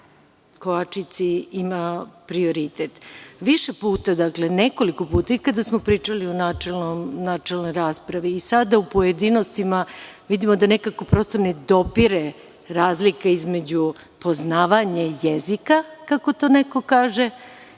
Kovačici ima prioritet. Više puta, nekoliko puta, i kada smo pričali u načelnoj raspravi i sada u pojedinostima, vidimo da nekako prosto ne dopire razlika između poznavanja jezika, kako to neko kaže,